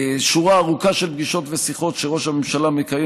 שורה ארוכה של פגישות ושיחות שראש הממשלה מקיים